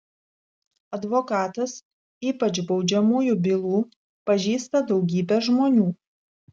advokatas ypač baudžiamųjų bylų pažįsta daugybę žmonių